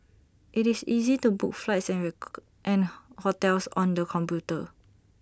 IT is easy to book flights and and hotels on the computer